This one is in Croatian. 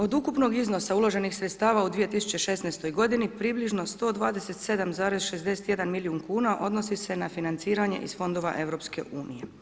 Od ukupnog iznosa uloženih sredstava u 2016. godini približno 127,61 milijun kuna odnosi se na financiranje iz fondova EU.